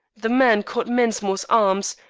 the man caught mensmore's arms,